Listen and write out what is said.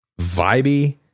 vibey